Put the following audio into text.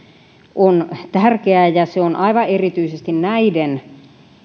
on tärkeää ja se on aivan erityisesti näiden